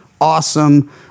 awesome